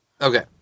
Okay